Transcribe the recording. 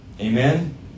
Amen